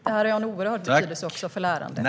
Det har en oerhörd betydelse även för lärandet.